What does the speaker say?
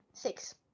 six